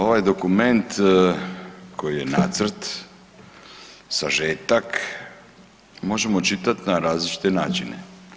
Ovaj dokument koji je nacrt, sažetak, možemo čitat na različite načine.